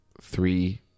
Three